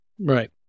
Right